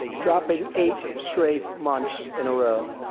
dropping eight straight months in a row.